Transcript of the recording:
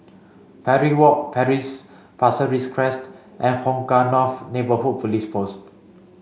Parry Walk Pasir Ris Crest and Hong Kah North Neighbourhood Police Post